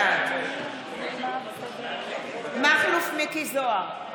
בעד מכלוף מיקי זוהר,